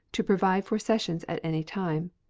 to provide for sessions at any time.